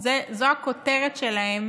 זו הכותרת שלהם